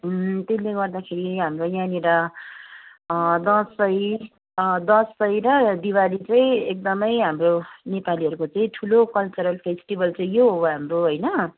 त्यसले गर्दाखेरि हाम्रो यहाँनिर दसैँ दसैँ र दिवाली चाहिँ एकदमै हाम्रो नेपालीहरूको चाहिँ ठुलो कल्चरल फेस्टिभल चाहिँ यो हो हाम्रो होइन